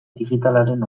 digitalaren